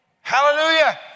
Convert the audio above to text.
Hallelujah